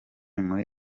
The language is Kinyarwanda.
muri